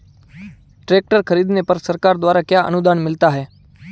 Tractor खरीदने पर सरकार द्वारा क्या अनुदान मिलता है?